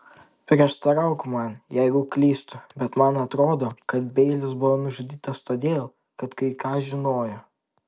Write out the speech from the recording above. prieštarauk man jeigu klystu bet man atrodo kad beilis buvo nužudytas todėl kad kai ką žinojo